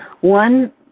One